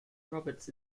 roberts